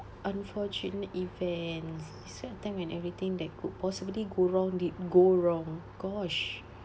unfortunate events this one the time when everything that could possibly go wrong did go wrong gosh